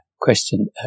question